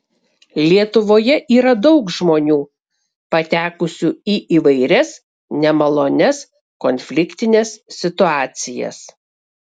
lietuvoje yra daug žmonių patekusių į įvairias nemalonias konfliktines situacijas